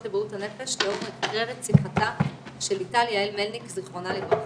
לבריאות הנפש לאור מקרה רציחתה של ליטל יעל מלניק ז"ל.